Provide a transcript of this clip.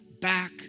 back